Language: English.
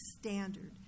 standard